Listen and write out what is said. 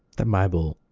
the bible